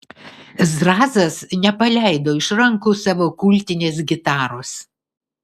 zrazas nepaleido iš rankų savo kultinės gitaros